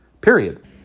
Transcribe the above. period